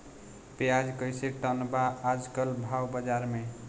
प्याज कइसे टन बा आज कल भाव बाज़ार मे?